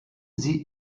sie